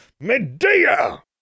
Medea